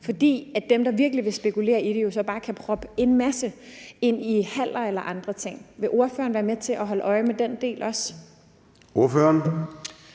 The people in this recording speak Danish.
fordi dem, der virkelig vil spekulere i det, så bare kan proppe en masse ind i haller eller andre ting. Vil ordføreren være med til at holde øje med den del også? Kl.